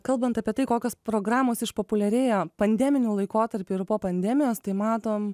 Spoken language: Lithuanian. kalbant apie tai kokios programos išpopuliarėjo pandeminiu laikotarpiu ir po pandemijos tai matom